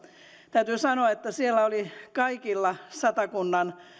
täytyy sanoa että siellä oli kaikilla satakunnan